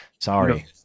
Sorry